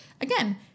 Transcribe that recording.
again